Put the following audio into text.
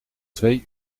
twee